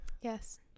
yes